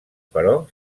però